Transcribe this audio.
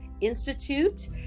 Institute